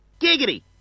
Giggity